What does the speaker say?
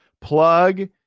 plug